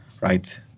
right